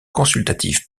consultative